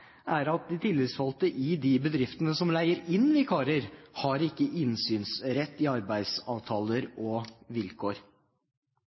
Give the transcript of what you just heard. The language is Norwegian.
er at tillitsvalgte i de bedriftene som leier inn vikarer, ikke har innsynsrett i